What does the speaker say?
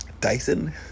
dyson